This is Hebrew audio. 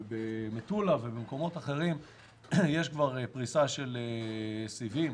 במטולה ובעוד מקומות יש כבר פריסה של סיבים,